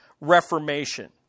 Reformation